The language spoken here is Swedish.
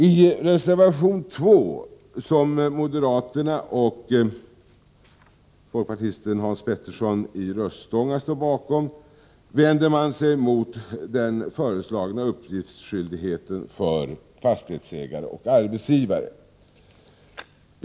I reservation 2, som moderaterna och folkpartisten Hans Petersson i Röstånga står bakom, vänder man sig mot den föreslagna uppgiftsskyldigheten för fastighetsägare och arbetsgivare.